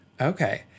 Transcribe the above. Okay